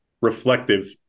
reflective